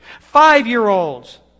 Five-year-olds